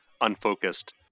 unfocused